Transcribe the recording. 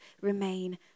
remain